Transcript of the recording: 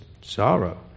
sorrow